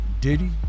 Diddy